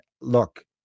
look